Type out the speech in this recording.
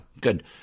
Good